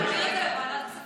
להעביר את זה לוועדת הכספים.